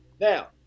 Now